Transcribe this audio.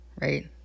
right